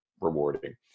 rewarding